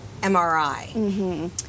MRI